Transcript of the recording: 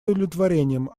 удовлетворением